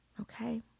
Okay